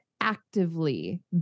actively